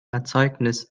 erzeugnis